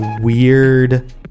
weird